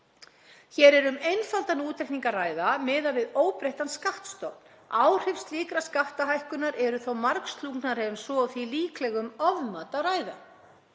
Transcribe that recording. „Hér er um einfaldan útreikning að ræða miðað við óbreyttan skattstofn. Áhrif slíkrar skattahækkunar eru þó margslungnari en svo og því líklega um ofmat að ræða.